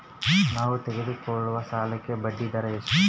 ನಾವು ತೆಗೆದುಕೊಳ್ಳುವ ಸಾಲಕ್ಕೆ ಬಡ್ಡಿದರ ಎಷ್ಟು?